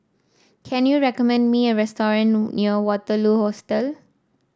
can you recommend me a restaurant near Waterloo Hostel